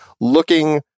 looking